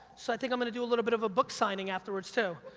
so i think i'm gonna do a little bit of a book signing afterwards, too.